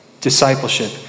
Discipleship